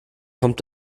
kommt